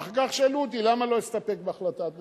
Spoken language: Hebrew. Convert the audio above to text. ואחר כך שאלו אותי: למה לא אסתפק בהחלטת ממשלה?